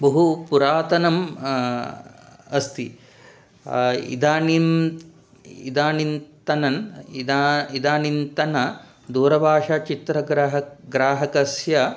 बहु पुरातनम् अस्ति इदानीम् इदानीन्तन इदा इदानीन्तन दूरभाषाचित्रग्राहकः ग्राहकस्य